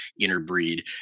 interbreed